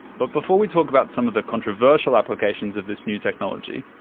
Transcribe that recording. but before we talk about some of the controversial applications of this new technology,